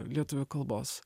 lietuvių kalbos